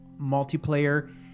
multiplayer